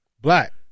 Black